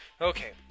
Okay